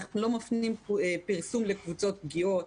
אנחנו לא מפנים פרסום לקבוצות פגיעות,